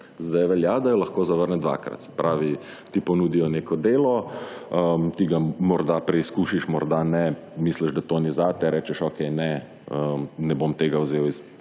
Sedaj velja, da jo lahko zavrne dvakrat. Se pravi, ti ponudijo neko delo, ti ga morda preizkusiš, morda ne, misliš, da to ni zate, rečeš okej ne, ne bom tega vzel iz